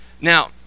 Now